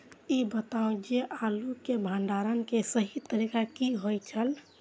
ई बताऊ जे आलू के भंडारण के सही तरीका की होय छल?